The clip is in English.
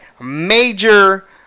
major